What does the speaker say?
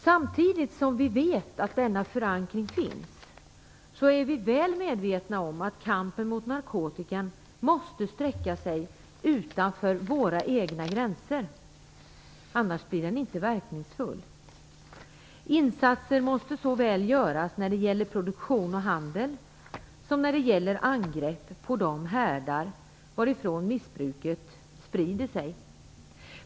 Samtidigt som vi vet att denna förankring finns är vi väl medvetna om att kampen mot narkotikan måste sträcka sig utanför våra egna gränser, annars blir den inte verkningsfull. Insatser måste göras såväl när det gäller produktion och handel som när det gäller angrepp på de härdar varifrån missbruket sprider sig.